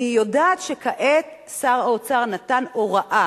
אני יודעת שכעת שר האוצר נתן הוראה